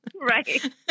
Right